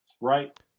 right